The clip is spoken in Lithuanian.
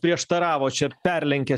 prieštaravo čia perlenkė